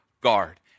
guard